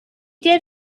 did